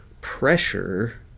pressure